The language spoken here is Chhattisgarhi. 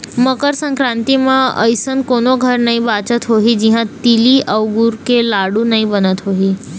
मकर संकरांति म अइसन कोनो घर नइ बाचत होही जिहां तिली अउ गुर के लाडू नइ बनत होही